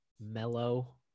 mellow